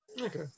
Okay